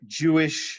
jewish